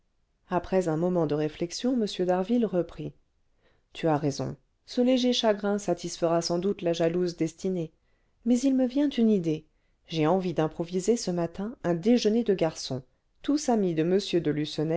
après un moment de réflexion m d'harville reprit tu as raison ce léger chagrin satisfera sans doute la jalouse destinée mais il me vient une idée j'ai envie d'improviser ce matin un déjeuner de garçons tous amis de